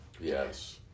yes